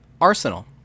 Arsenal